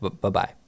Bye-bye